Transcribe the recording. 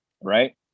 right